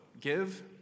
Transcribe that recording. give